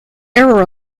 error